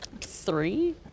Three